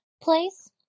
place